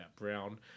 brown